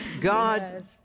God